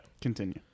Continue